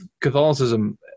Catholicism